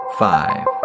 Five